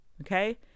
okay